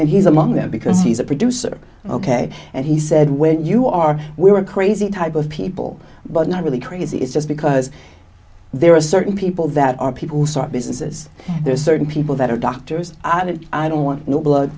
and he's among them because he's a producer ok and he said when you are we were crazy type of people but not really crazy is just because there are certain people that are people who start businesses there are certain people that are doctors i don't want no blood